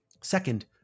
Second